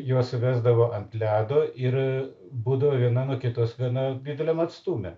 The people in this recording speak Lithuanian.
juos vesdavo ant ledo ir būdavo viena nuo kitos gana dideliam atstume